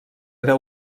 era